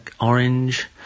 orange